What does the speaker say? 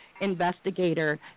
investigator